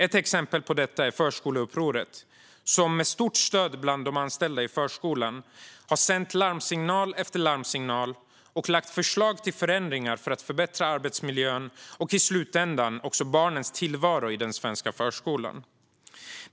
Ett exempel på detta är Förskoleupproret, som med stort stöd bland de anställda i förskolan har sänt larmsignal efter larmsignal och lagt fram förslag till förändringar för att förbättra arbetsmiljön och i slutändan barnens tillvaro i den svenska förskolan.